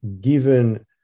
given